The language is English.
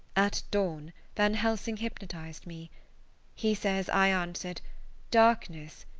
at dawn van helsing hypnotised me he says i answered darkness,